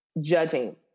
judging